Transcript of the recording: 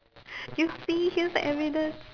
you see here's the evidence